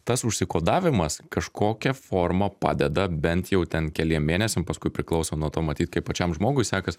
tas užsikodavimas kažkokia forma padeda bent jau ten keliem mėnesiam paskui priklauso nuo to matyt kaip pačiam žmogui sekas